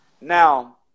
Now